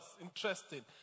Interesting